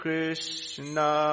Krishna